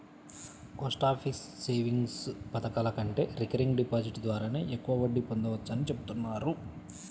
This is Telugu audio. పోస్టాఫీస్ సేవింగ్స్ పథకాల కంటే రికరింగ్ డిపాజిట్ ద్వారానే ఎక్కువ వడ్డీ పొందవచ్చని చెబుతున్నారు